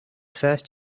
first